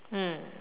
mm